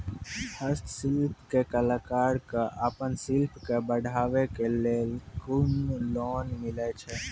हस्तशिल्प के कलाकार कऽ आपन शिल्प के बढ़ावे के लेल कुन लोन मिलै छै?